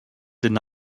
deny